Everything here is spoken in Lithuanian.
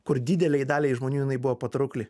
kur didelei daliai žmonių jinai buvo patraukli